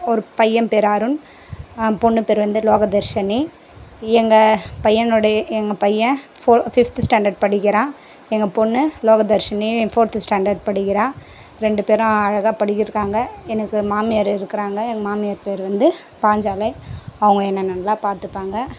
ஒரு பையன் பேர் அருண் பொண்ணு பேர் வந்து லோகதர்ஷினி எங்கள் பையனுடை எங்கள் பையன் ஃபோ ஃபிஃப்த்து ஸ்டாண்டர்ட் படிக்கிறான் எங்கள் பொண்ணு லோகதர்ஷினி ஃபோர்த்து ஸ்டாண்டர்ட் படிக்கிறா ரெண்டு பேரும் அழகாக படிக்கிருக்காங்க எனக்கு மாமியார் இருக்கறாங்க எங்கள் மாமியார் பேர் வந்து பாஞ்சாலை அவங்க என்ன நல்லா பார்த்துப்பாங்க